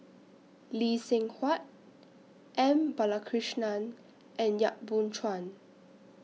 Lee Seng Huat M Balakrishnan and Yap Boon Chuan